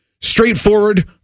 straightforward